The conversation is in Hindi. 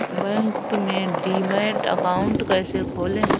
बैंक में डीमैट अकाउंट कैसे खोलें?